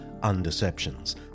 Undeceptions